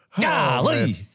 Golly